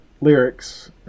lyrics